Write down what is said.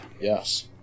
yes